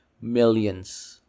millions